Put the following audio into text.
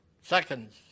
seconds